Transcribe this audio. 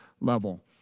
level